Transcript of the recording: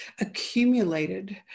accumulated